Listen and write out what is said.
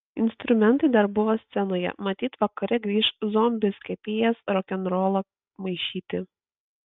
instrumentai dar buvo scenoje matyt vakare grįš zombis kepėjas rokenrolo maišyti